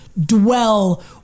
Dwell